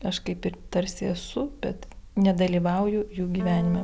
aš kaip ir tarsi esu bet nedalyvauju jų gyvenime